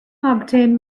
obtained